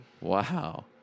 Wow